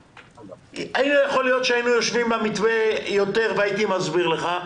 יכול להיות שהיינו יושבים והייתי מסביר לך,